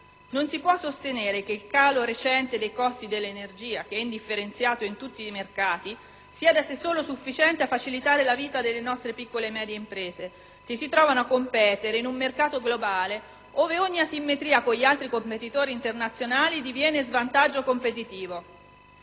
Non si può sostenere che il calo recente dei costi dell'energia, che è indifferenziato in tutti i mercati, sia da solo sufficiente a facilitare la vita delle nostre piccole e medie imprese che si trovano a competere in un mercato globale ove ogni asimmetria con i competitori internazionali diviene svantaggio competitivo.